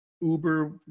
Uber